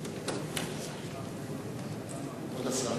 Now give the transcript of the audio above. כבוד השר.